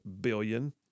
billion